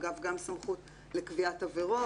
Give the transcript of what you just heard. אגב גם סמכות לקביעת עבירות,